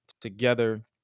together